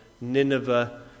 Nineveh